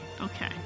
Okay